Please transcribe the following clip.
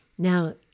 Now